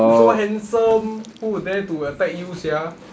you so handsome who will dare to attack you sia